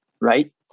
right